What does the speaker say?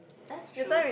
that's true